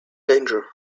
danger